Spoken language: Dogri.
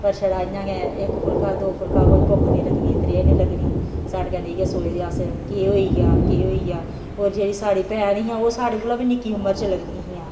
पर छड़ा इ'यां गै इक फुलका दो फुलका कोई भुक्ख नेईं लगनी त्रेह् नेईं लगनी साढ़े कन्नै इयो सोचदे अस केह् होई गेआ केह् होई गेआ होर जेह्ड़ी साढ़ी भैन ही ओह् साढ़े कोला बी निक्की उमर च लगदियां ही